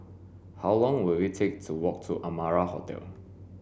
how long will it take to walk to Amara Hotel